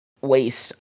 waste